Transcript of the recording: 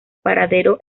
paradero